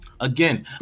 Again